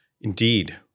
Indeed